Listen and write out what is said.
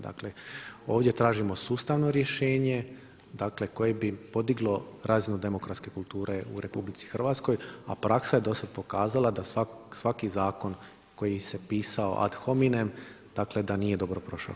Dakle ovdje tražimo sustavno rješenje koje bi podiglo razinu demokratske kulture u RH, a praksa je dosad pokazala da svaki zakon koji se pisao ad hominem dakle da nije dobro prošao.